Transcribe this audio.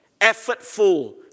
effortful